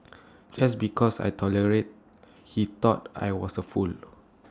just because I tolerated he thought I was A fool